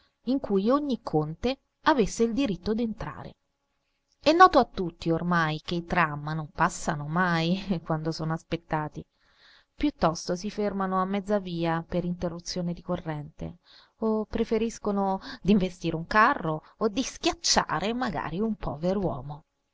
in cui ogni conte avesse il diritto d'entrare è noto a tutti ormai che i tram non passano mai quando sono aspettati piuttosto si fermano a mezza via per interruzione di corrente o preferiscono d'investire un carro o di schiacciare magari un pover uomo